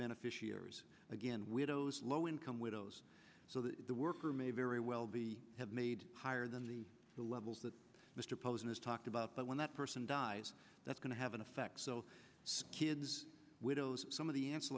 beneficiaries again widows low income widows so that the worker may very well the have made higher than the levels that mr posner's talked about but when that person dies that's going to have an effect so kids widows some of the an